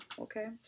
okay